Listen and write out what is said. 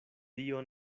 dio